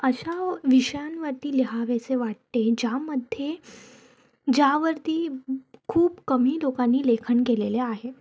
अशा विषयांवरती लिहावेसे वाटते ज्यामध्ये ज्यावरती खूप कमी लोकांनी लेखन केलेले आहे